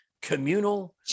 communal